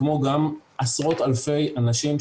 כמו גם עשרות אלפי אנשים,